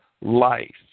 life